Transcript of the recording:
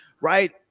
right